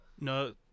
No